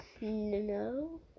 No